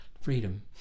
freedom